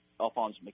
Alphonse